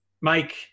Mike